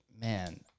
Man